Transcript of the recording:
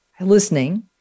listening